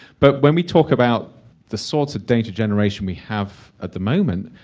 but when we talk about the sorts of data generation we have at the moment,